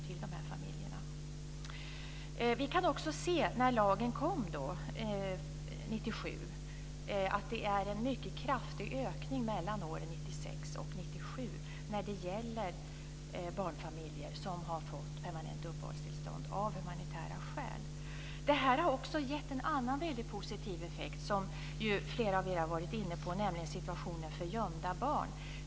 När lagen trädde i kraft 1997 blev det en kraftig ökning mellan åren 1996 och 1997 för barnfamiljer som fick permanent uppehållstillstånd av humanitära skäl. Det har gett en annan positiv effekt som flera av er har varit inne på, nämligen situationen för gömda barn.